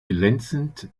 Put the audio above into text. glänzend